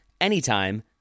anytime